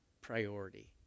priority